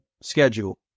schedule